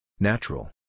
Natural